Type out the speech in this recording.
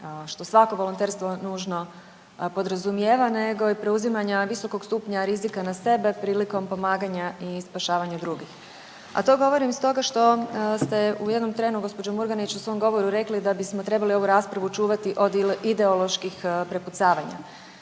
što svako volonterstvo nužno podrazumijeva nego i preuzimanja visokog stupanja rizika na sebe prilikom pomaganja i spašavanja drugih. A to govorim iz toga što ste u jednom trenu gospođo Murganić u svom govoru rekli da bismo trebali ovu raspravu čuvati od ideoloških prepucavanja.